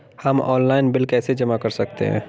हम online bill कैसे जमा कर सकते हैं?